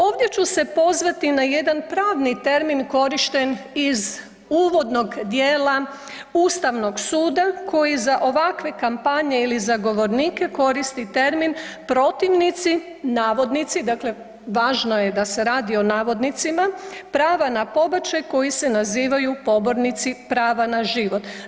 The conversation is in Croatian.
Ovdje ću se pozvati na jedan pravni termin korišten iz uvodnog dijela ustavnog suda koji za ovakve kampanje ili zagovornike koristi termini protivnici, navodnici, dakle važno je da se radi o navodnicima, prava na pobačaj koji se nazivaju „pobornici prava na život“